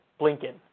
Blinken